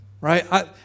right